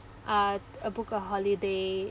uh uh book a holiday